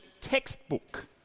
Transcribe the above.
textbook